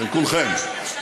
כולכם.